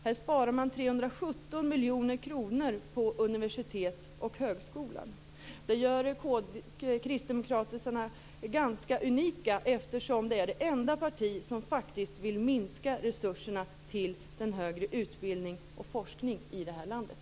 Här sparar man 317 miljoner kronor på universiteten och högskolan. Det gör Kristdemokraterna ganska unika eftersom det är det enda parti som faktiskt vill minska resurserna till den högre utbildningen och forskningen i det här landet.